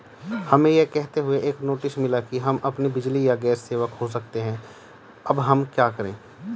हमें यह कहते हुए एक नोटिस मिला कि हम अपनी बिजली या गैस सेवा खो सकते हैं अब हम क्या करें?